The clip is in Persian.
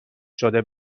شده